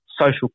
social